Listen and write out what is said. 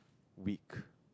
weak